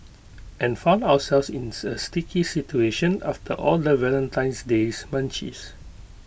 and found ourselves in A sticky situation after all the Valentine's days munchies